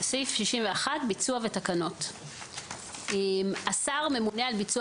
61.ביצוע ותקנות השר ממונה על ביצוע